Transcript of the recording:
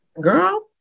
Girl